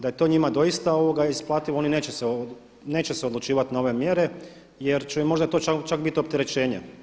Da je to njima doista isplativo, oni neće se odlučivati na ove mjere jer će im možda to čak biti opterećenje.